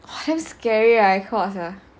!wah! damn scary I cannot sia